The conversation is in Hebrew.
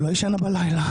שלא ישנה בלילה,